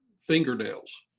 fingernails